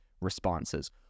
responses